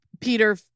Peter